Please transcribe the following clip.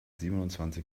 siebenundzwanzig